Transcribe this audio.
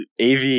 AV